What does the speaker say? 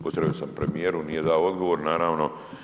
Postavio sam ih premijeru, nije dao odgovor naravno.